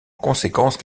conséquence